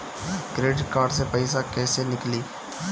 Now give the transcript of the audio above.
Credit card से पईसा केइसे निकली?